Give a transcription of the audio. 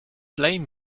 blame